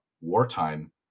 wartime